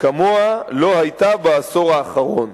שכמוה לא היתה בעשור האחרון.